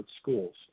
schools